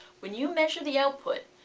when you measure the output,